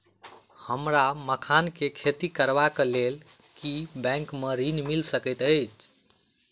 हमरा मखान केँ खेती करबाक केँ लेल की बैंक मै ऋण मिल सकैत अई?